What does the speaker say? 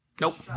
Nope